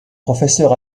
professeur